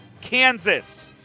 Kansas